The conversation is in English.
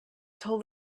told